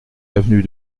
avenue